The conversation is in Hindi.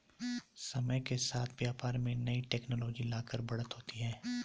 समय के साथ व्यापार में नई टेक्नोलॉजी लाकर बढ़त होती है